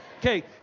Okay